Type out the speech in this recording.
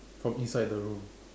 from inside the room